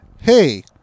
Hey